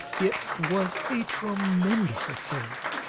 it was a tremendous affair.